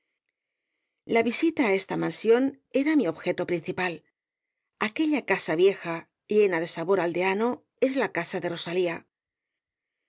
la visita á esta mansión era mi objeto principal aquella casa vieja llena de sabor aldeano es la casa de rosalía